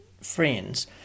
friends